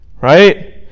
Right